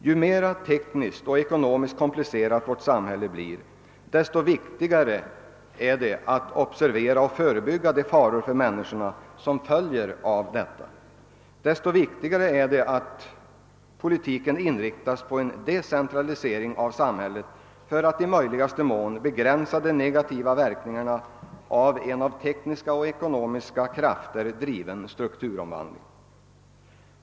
Ju mer tekniskt och ekonomiskt komplicerat vårt samhälle blir, desto viktigare är det att observera och förebygga de faror för människorna som följer av detta. Desto viktigare är det också att politiken inriktas på en decentralisering av samhället för att i möjligaste mån begränsa de negativa verkningarna av en av tekniska och ekonomiska krafter driven strukturomvandling.